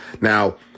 Now